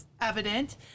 evident